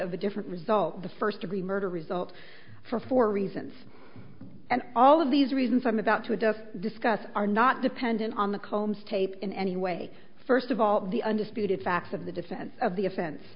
of a different result the first degree murder result for four reasons and all of these reasons i'm about to adust discuss are not dependent on the combs tape in any way first of all the undisputed facts of the defense of the offense